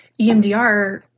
EMDR